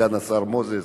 סגן השר מוזס,